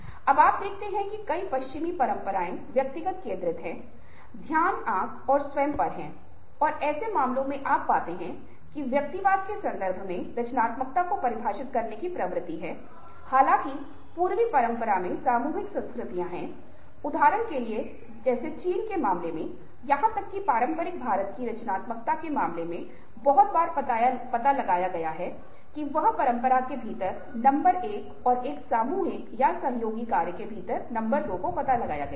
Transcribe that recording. अब आप देखते हैं कि कई पश्चिमी परंपराएं व्यक्तिगत केंद्रित हैं ध्यान आंख और स्वयं पर है और ऐसे मामलों में आप पाते हैं कि व्यक्तिवाद के संदर्भ में रचनात्मकता को परिभाषित करने की प्रवृत्ति है हालाँकि पूर्वी परंपरा में सामूहिक संस्कृतियां हैं उदाहरण के लिए जिसे चीन के मामले में यहां तक कि पारंपरिक भारत की रचनात्मकता के मामले में बहुत बार पता लगाया जाता है की एक परंपरा के भीतर नंबर 1 और एक सामूहिक या सहयोगी कार्य के भीतर नंबर 2 को पता लगाया जाता है